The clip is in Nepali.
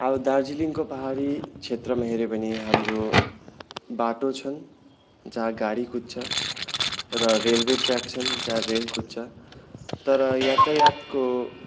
अब दार्जिलिङको पाहाडी क्षेत्रमा हेऱ्यो भने हाम्रो बाटो छन् जहाँ गाडी कुद्छ र रेलवे ट्र्याक छन जहाँ रेल कुद्छ तर यातायातको